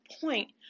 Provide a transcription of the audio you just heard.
point